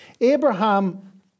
Abraham